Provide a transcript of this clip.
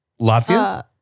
Latvia